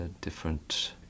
different